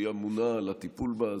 היא אמונה על הטיפול בה.